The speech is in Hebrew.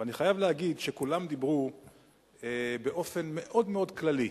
ואני חייב להגיד שכולם דיברו באופן מאוד-מאוד כללי,